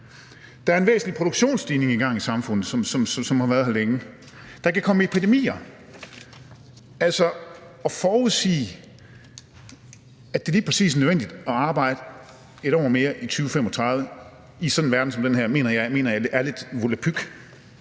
Der er en væsentlig produktionsstigning i gang i samfundet, som har været her længe. Der kan komme epidemier. Altså, at forudsige, at det lige præcis er nødvendigt at arbejde et år mere i 2035 i en verden som den her, mener jeg er lidt volapyk.